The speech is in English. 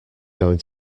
going